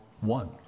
one